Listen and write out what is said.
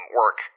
work